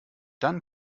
dann